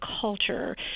culture